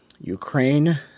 Ukraine